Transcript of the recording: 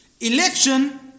Election